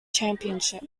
championship